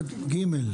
ג',